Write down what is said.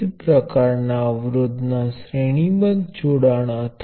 આને ધ્યાનમાં લેવાની ઘણી રીતો છે